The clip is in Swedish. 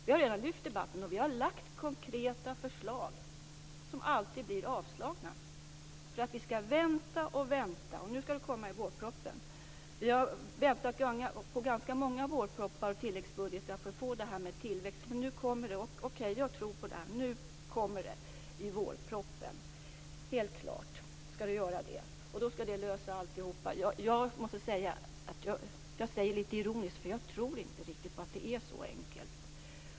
Vi har lagt fram konkreta förslag som alltid har blivit avslagna. Vi får beskedet att vi skall vänta och vänta, och nu skall det komma förslag i vårpropositionen. Vi har väntat på ganska många vårpropositioner och tilläggsbudgetar för att få förslag om tillväxt, men nu kommer de. Okej, jag tror på det. Det kommer förslag i vårpropositionen, helt klart. Och då skall dessa förslag lösa alltihop. Jag måste säga att jag är lite ironisk. Jag tror inte riktigt att det är så enkelt.